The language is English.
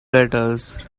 letters